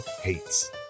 hates